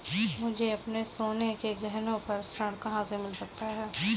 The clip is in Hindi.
मुझे अपने सोने के गहनों पर ऋण कहाँ से मिल सकता है?